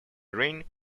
ring